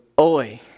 oi